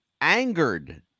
angered